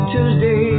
Tuesday